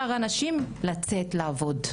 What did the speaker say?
חמישה אנשים לצאת לעבוד.